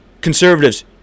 conservatives